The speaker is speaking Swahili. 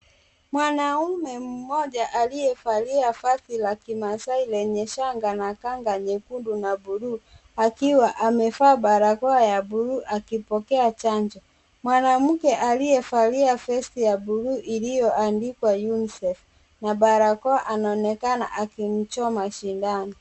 Mwanaume mmoja aliyevalia vazi la Kimasai lenye shanga na kanga ya nyekundu na bluu. Akiwa amevaa barakoa ya bluu akipokea chanjo. Mwanamke aliyevalia vesti wa ya bluu iliyoandikwa UNICEF na barakoa anaonekana akimchoma sindano.